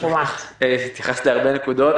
התייחסת להרבה נקודות,